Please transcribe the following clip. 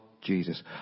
Jesus